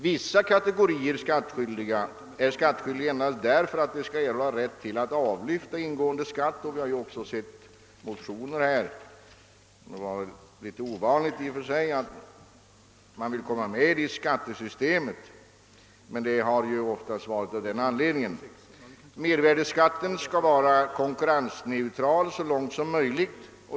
Vissa kategorier är skattskyldiga endast därför att de skall få rätt att avlyfta ingående skatt. Det har ock så väckts en del motioner — något ganska ovanligt i och för sig — om rätt att komma med i skattesystemet, och det har oftast varit av denna anledning. Momsen skall vara konkurrensneutral så långt som möjligt.